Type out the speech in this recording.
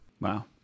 Wow